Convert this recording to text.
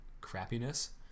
crappiness